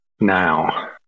now